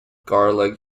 garlic